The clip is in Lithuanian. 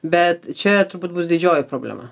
bet čia turbūt bus didžioji problema